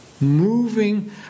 moving